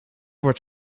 wordt